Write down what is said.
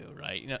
Right